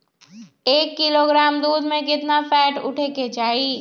एक किलोग्राम दूध में केतना फैट उठे के चाही?